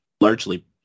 Largely